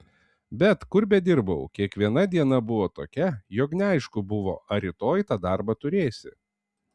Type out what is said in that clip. bet kur bedirbau kiekviena diena buvo tokia jog neaišku buvo ar rytoj tą darbą turėsi